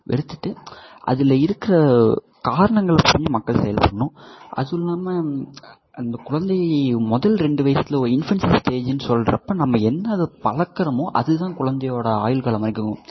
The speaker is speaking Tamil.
எடுத்துட்டு அதில் இருக்கிற காரணங்களை புரிஞ்சு மக்கள் செயல்படணும் அதெல்லாம அந்த குழந்தை முதல் ரெண்டு வயசுல இன்ஃபேண்டன்ஸ் ஸ்டேஜுன்னு சொல்லுறப்ப நம்ம என்ன அது பழக்கறமோ அது தான் குழந்தையோடய ஆயுள் காலம் வரைக்கும்